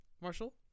Marshall